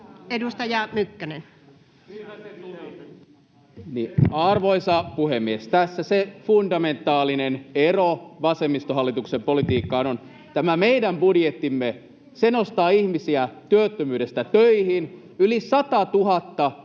15:01 Content: Arvoisa puhemies! Tässä on se fundamentaalinen ero vasemmistohallituksen politiikkaan: tämä meidän budjettimme nostaa ihmisiä työttömyydestä töihin — yli 100 000